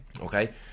okay